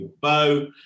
bow